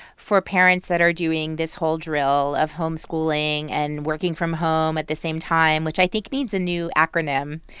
for parents that are doing this whole drill of home-schooling and working from home at the same time, which i think needs a new acronym